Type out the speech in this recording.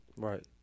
Right